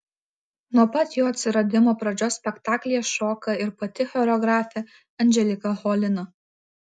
nuo pat jo atsiradimo pradžios spektaklyje šoka ir pati choreografė anželika cholina